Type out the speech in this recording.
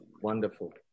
Wonderful